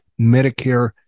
Medicare